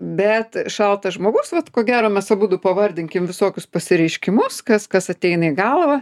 bet šaltas žmogus vat ko gero mes abudu pavardinkim visokius pasireiškimus kas kas ateina į galvą